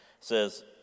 says